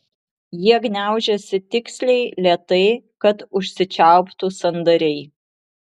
jie gniaužiasi tiksliai lėtai kad užsičiauptų sandariai